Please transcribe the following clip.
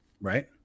Right